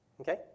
Okay